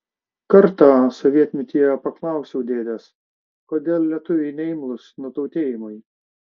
kartą sovietmetyje paklausiau dėdės kodėl lietuviai neimlūs nutautėjimui